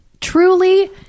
Truly